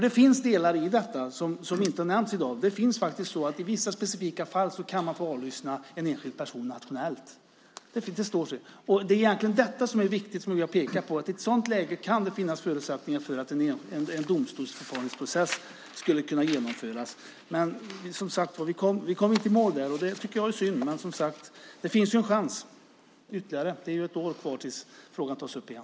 Det finns delar i detta som inte nämns i dag. I vissa specifika fall kan man få avlyssna en enskild person nationellt. Det står så. Det är egentligen detta som är viktigt och som vi har pekat på, nämligen att det i ett sådant läge kan finnas förutsättningar för att ett domstolsförfarande skulle kunna genomföras. Men vi kom inte i mål där, och det tycker jag är synd. Men, som sagt, det finns ytterligare en chans. Det är ett år kvar tills frågan tas upp igen.